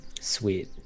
Sweet